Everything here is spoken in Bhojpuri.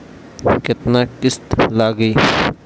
केतना किस्त लागी?